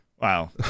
Wow